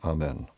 Amen